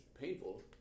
painful